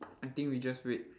I think we just wait